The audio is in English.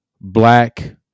black